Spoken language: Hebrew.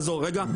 חזור: רגע,